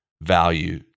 value